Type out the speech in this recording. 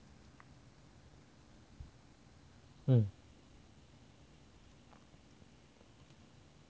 嗯